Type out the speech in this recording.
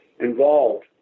involved